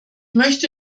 möchte